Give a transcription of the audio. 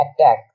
attack